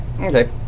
Okay